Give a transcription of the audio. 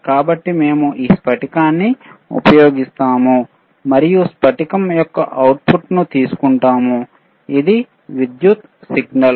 కాబట్టి మేము ఈ స్పటికాన్ని ఉపయోగిస్తాము మరియు స్పటికం యొక్క అవుట్పుట్ను తీసుకుంటాము ఇది విద్యుత్ సిగ్నల్